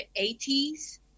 80s